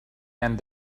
and